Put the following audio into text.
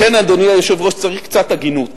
לכן, אדוני היושב-ראש, צריך קצת הגינות